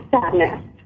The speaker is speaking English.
sadness